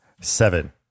seven